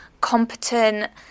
competent